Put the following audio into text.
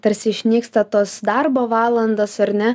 tarsi išnyksta tos darbo valandos ar ne